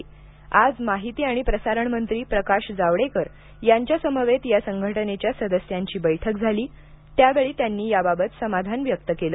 काल माहिती आणि प्रसारण मंत्री प्रकाश जावडेकर यांच्यासमवेत या संघटनेच्या सदस्यांची बैठक झाली त्या वेळी त्यांनी या बाबत समाधान व्यक्त केलं